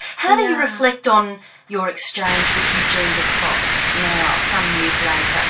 how do you reflect on your exchange with eugene de kock now, some years later,